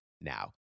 Now